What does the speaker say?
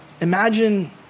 imagine